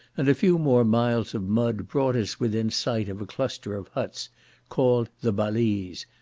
and a few more miles of mud brought us within sight of a cluster of huts called the balize,